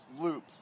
loop